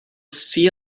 see